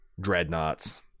dreadnoughts